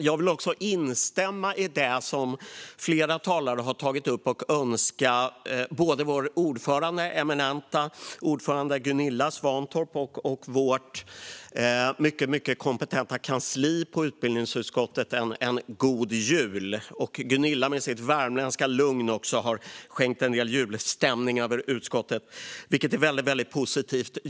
Jag vill också instämma i det som flera talare har tagit upp och önska både vår eminenta ordförande Gunilla Svantorp och vårt mycket kompetenta kansli på utbildningsutskottet en god jul. Gunilla har med sitt värmländska lugn skänkt en del julstämning över utskottet, vilket är väldigt positivt.